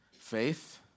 faith